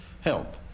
help